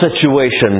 situation